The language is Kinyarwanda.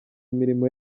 imirimo